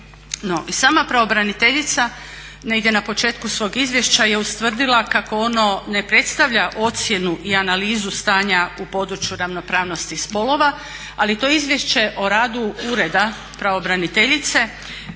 sama pravobraniteljica negdje na početku svog izvješća je ustvrdila kako ono ne predstavlja ocjenu i analizu stanja u području ravnopravnosti spolova ali to izvješće o radu Ureda pravobraniteljice